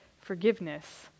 forgiveness